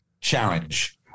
challenge